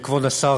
כבוד השר,